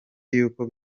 yuko